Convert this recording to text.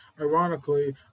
ironically